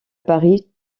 paris